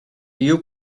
you